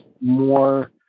more